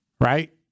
right